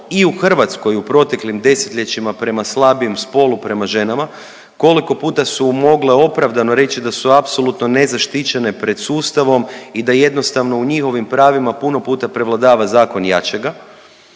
i u Hrvatskoj u proteklim desetljećima prema slabijem spolu, prema ženama, koliko puta su mogle opravdano reći da su apsolutno nezaštićene pred sustavom i da jednostavno, u njihovim pravima puno puta prevladava zakon jačega,